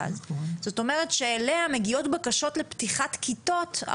במורים משליכה אוטומטית על כמות הכיתות שנמצאות,